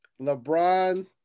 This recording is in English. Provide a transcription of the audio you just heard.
LeBron